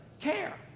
care